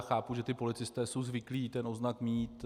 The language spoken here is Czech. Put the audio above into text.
Chápu, že policisté jsou zvyklí ten odznak mít.